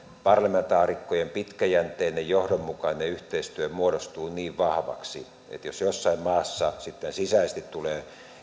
parlamentaarikkojen pitkäjänteinen johdonmukainen yhteistyö muodostuu niin vahvaksi että jos jossain maassa sisäisesti tulee